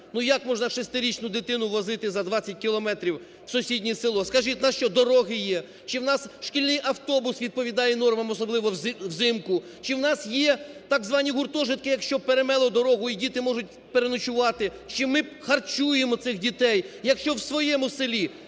як можна шестирічну дитину возити за 20 кілометрів в сусіднє село. Скажіть, у нас що дороги є? Чи у нас шкільний автобус відповідає нормам, особливо взимку? Чи у нас є так звані гуртожитки, якщо перемело дорогу і діти можуть переночувати? Чи ми харчуємо цих дітей? Якщо у своєму селі